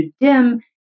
DIM